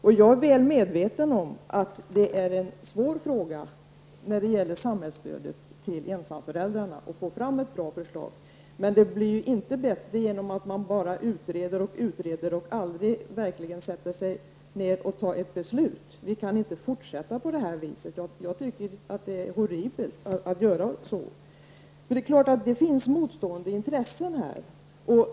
Jag är väl medveten om att det är svårt att få fram ett bra förslag när det gäller samhällsstödet till ensamföräldrarna. Men det blir ju inte bättre att man bara utreder och utreder och aldrig verkligen sätter sig ner och fattar ett beslut. Vi kan inte fortsätta på det här sättet. Jag tycker att det är horribelt att göra det. Det är klart att det finns motstående intressen i detta sammanhang.